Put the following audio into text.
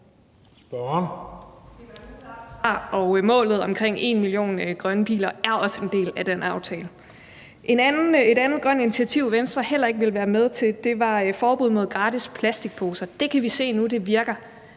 målet omkring 1 million grønne biler er også en del af den aftale. Et andet grønt initiativ, Venstre heller ikke ville være med til, var et forbud mod gratis plastikposer. Det kan vi nu se virker.